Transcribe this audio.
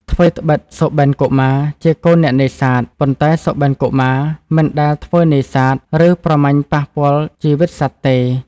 ថ្វីត្បិត សុបិនកុមារជាកូនអ្នកនេសាទ ប៉ុន្តែ សុបិនកុមារ មិន ដែលធ្វើនេសាទ ឬប្រមាញ់ប៉ះពាល់ជីវិតសត្វទេ ។